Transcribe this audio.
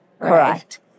Correct